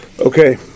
Okay